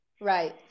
Right